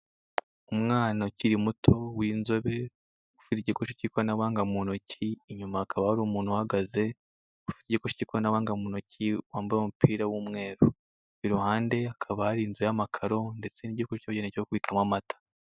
Umwana ukiri muto w'inzobe ufite igikoresho cy'ikoranabuhanga muntoki, inyuma hakaba hari umuntu uhagaze ufite ibikoresho cy'ikoranabuhanga muntoki, wambaye umupira w'umweru; iruhande hakaba hari inzu y'amakaro ndetse n'igikoresho cyabugenewe cyo kubikamo amata.